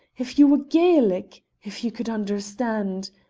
if you were gaelic, if you could understand!